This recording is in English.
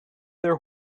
their